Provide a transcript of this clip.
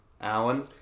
Alan